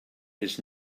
his